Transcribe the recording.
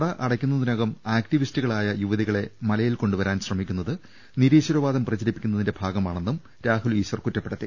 നട അടക്കുന്നതിനകം ആക്ടിവി സ്റ്റുകളായ യുവതികളെ മലയിൽ കൊണ്ടു വരാൻ ശ്രമിക്കുന്നത് നിരീശ്വര വാദം പ്രചരിപ്പിക്കുന്നതിന്റെ ഭാഗമാണെന്നും രാഹുൽ ഈശ്വർ കുറ്റപ്പെടുത്തി